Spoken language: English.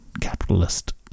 capitalist